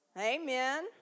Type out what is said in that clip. Amen